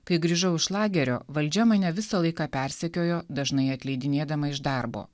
kai grįžau iš lagerio valdžia mane visą laiką persekiojo dažnai atleidinėdama iš darbo